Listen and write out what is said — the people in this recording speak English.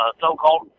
so-called